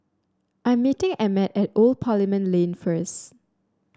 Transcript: I'm meeting Emmett at Old Parliament Lane first